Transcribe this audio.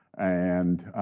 and